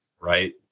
right